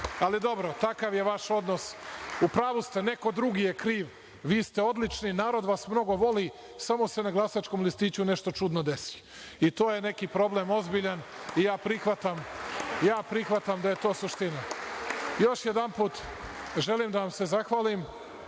Dobro, takav je vaš odnos. U pravu ste, neko drugi je kriv. Vi ste odlični, narod vas mnogo voli, samo se na glasačkom listiću nešto čudno desi, i to je neki problem ozbiljan i ja prihvatam da je to suština. Još jedanput, želim da vam se zahvalim